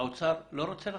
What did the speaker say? האוצר לא רוצה לחתום?